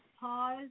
pause